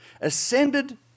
ascended